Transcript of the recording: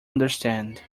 understand